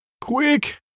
Quick